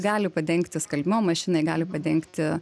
gali padengti skalbimo mašinai gali padengti